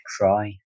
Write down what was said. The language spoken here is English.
cry